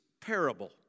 parable